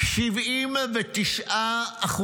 79%,